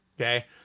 okay